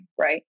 right